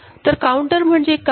तर काउंटर म्हणजे काय